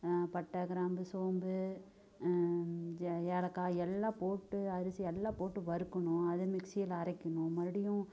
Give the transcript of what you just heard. பட்டை கிராம்பு சோம்பு ஏலக்காய் எல்லாம் போட்டு அரிசி எல்லாம் போட்டு வறுக்கணும் அதை மிக்சியில அரைக்கணும் மறுபடியும்